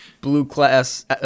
blue-class